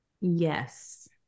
Yes